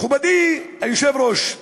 מכובדי היושב-ראש,